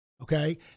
okay